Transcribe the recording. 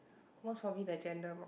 most probably the uh gender mod